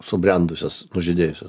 subrendusias nužydėjusias